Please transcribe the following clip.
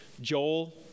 Joel